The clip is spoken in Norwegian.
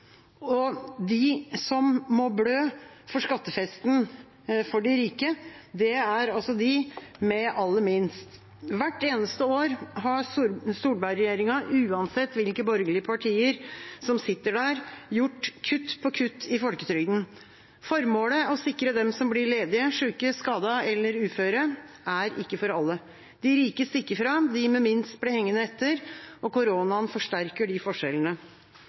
og de som må blø for skattefesten for de rike, er altså de med aller minst. Hvert eneste år har Solberg-regjeringa, uansett hvilke borgerlige partier som sitter der, gjort kutt på kutt i folketrygden. Formålet – å sikre dem som blir ledige, syke, skadet eller uføre – er ikke for alle. De rike stikker fra, de med minst blir hengende etter, og koronaen forsterker de forskjellene.